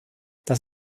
das